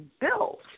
built